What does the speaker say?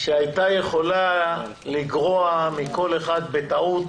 שהייתה יכולה לגרוע מכל אחד בטעות